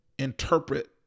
interpret